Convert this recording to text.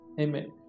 Amen